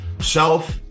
self